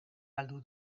galdu